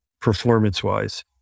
performance-wise